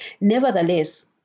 Nevertheless